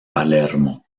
palermo